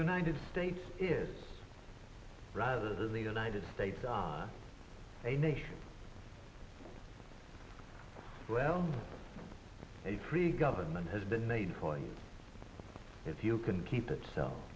united states is rather than the united states a nation well a free government has been made whole and if you can keep itself